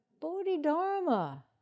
Bodhidharma